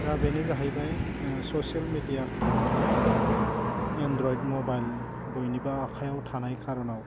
दा बेनो जाहैबाय ससियेल मेडियाखौ आथिखालाव एन्ड्रयड मबाइल बयनिबो आखायाव थानाय खार'नाव